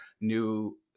new